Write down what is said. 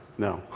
no.